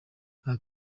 aha